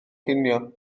cinio